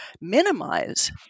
minimize